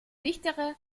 dichtere